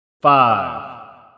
five